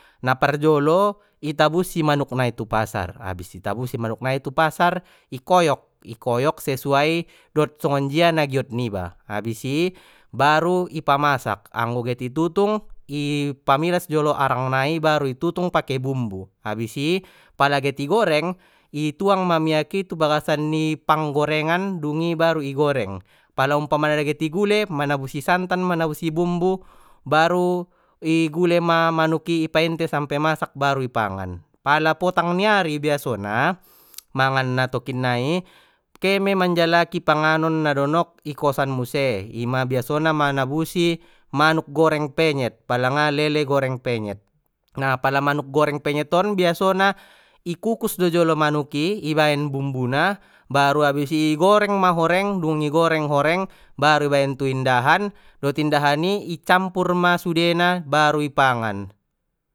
Na parjolo i tabusi manuk nai tu pasar habis i tabusi manuk nai tu pasar i koyok i koyok sesuai dot songonjia na giot niba abis i baru i pamasak anggo get i tutung i pamilas jolo arang nai baru i tutung pake bumbu abis i pala get i goreng i tuang ma miyaki tu bagasan panggorengan dungi baru i goreng pala umpamana get i gule manabusi santan manabusi bumbu baru i gule ma manuk i painte sampe masak baru i pangan pala potang ni ari biasona mangan na tokinnai ke mei manjalaki panganon na donok i kosan muse ima biasona manabusi manuk goreng penyet palanga lele goreng penyet na pala manuk goreng penyet on biasona i kukus do jolo manuki i baen bumbuna baru abis i igoreng ma horeng dungi goreng horeng baru ibaen tu indahan dot indahan i icampur ma sudena baru i pangan.